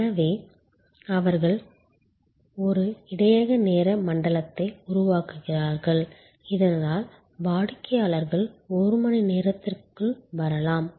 எனவே அவர்கள் ஒரு இடையக நேர மண்டலத்தை உருவாக்குகிறார்கள் இதனால் வாடிக்கையாளர்கள் ஒரு மணி நேரத்திற்குள் வரலாம்